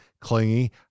clingy